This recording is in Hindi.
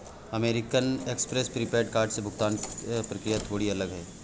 अमेरिकन एक्सप्रेस प्रीपेड कार्ड की भुगतान प्रक्रिया थोड़ी अलग है